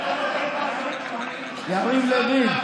יריב לוין.